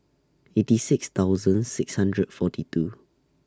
eighty six thousand six hundred forty two